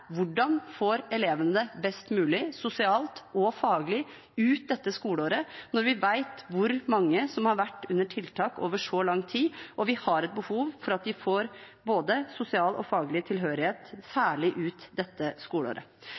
Hvordan får elevene det best mulig sosialt og faglig ut dette skoleåret, når vi vet hvor mange som har vært under tiltak over så lang tid? Vi har behov for at de får både sosial og faglig tilhørighet, særlig ut dette